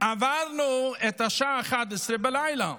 עברנו את השעה 23:00: